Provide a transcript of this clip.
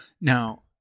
Now